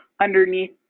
underneath